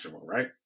right